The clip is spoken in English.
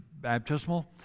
baptismal